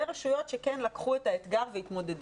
רשויות שכן לקחו את האתגר והתמודדו,